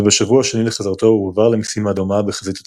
ובשבוע השני לחזרתו הועבר למשימה דומה בחזית הצפון.